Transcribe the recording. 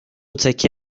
تکه